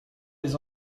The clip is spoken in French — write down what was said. les